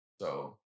so-